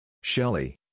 Shelley